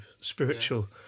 spiritual